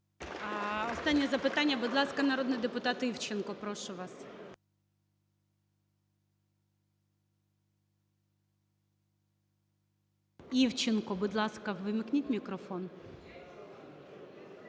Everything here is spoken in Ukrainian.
Останнє запитання, будь ласка, народний депутат Івченко. Прошу вас. Івченко, будь ласка, ввімкніть мікрофон.